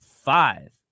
Five